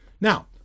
Now